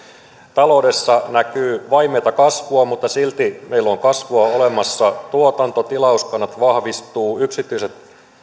taloudessa näkyy vaimeata kasvua mutta silti meillä on kasvua olemassa tuotanto tilauskannat vahvistuvat yksityinen